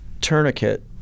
tourniquet